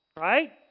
Right